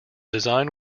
design